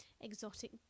exotic